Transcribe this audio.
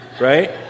right